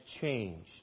changed